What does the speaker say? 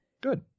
Good